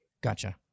Gotcha